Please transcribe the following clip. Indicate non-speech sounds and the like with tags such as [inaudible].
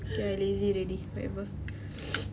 then I lazy already whatever [noise]